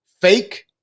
Fake